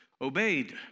obeyed